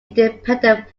independent